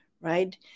right